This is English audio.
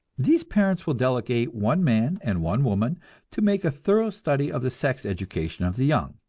these parents will delegate one man and one woman to make a thorough study of the sex education of the young.